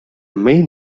main